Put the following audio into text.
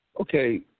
Okay